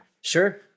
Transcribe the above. Sure